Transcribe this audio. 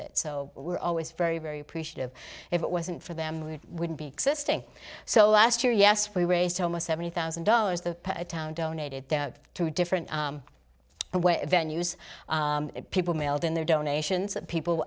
it so we're always very very appreciative if it wasn't for them we wouldn't be existing so last year yes we raised almost seventy thousand dollars the town donated to different venues people mailed in their donations that people